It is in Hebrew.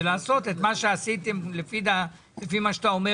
ולעשות את מה שעשיתם לפי מה שאתה אומר